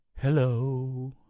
hello